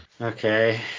Okay